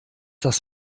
das